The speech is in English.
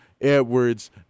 Edwards